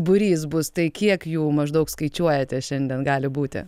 būrys bus tai kiek jų maždaug skaičiuojate šiandien gali būti